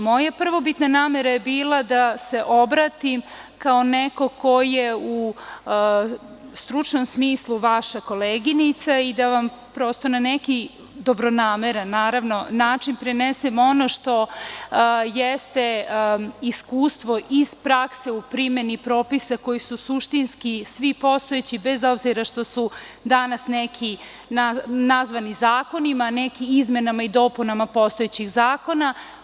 Moja prvobitna namera je bila da se obratim kao neko ko je u stručnom smislu vaša koleginica i da vam na neki dobronameran način prenesem ono što jeste iskustvo iz prakse u primeni propisa koji su suštinski svi postojeći, bez obzira što su danas neki nazvani zakonima, neki izmenama i dopunama postojećih zakona.